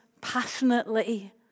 passionately